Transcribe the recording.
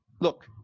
look